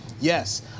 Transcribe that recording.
yes